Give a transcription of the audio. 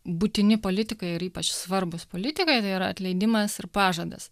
būtini politikai ir ypač svarbūs politikai tai yra atleidimas ir pažadas